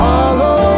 Follow